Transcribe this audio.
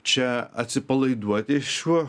čia atsipalaiduoti šiuo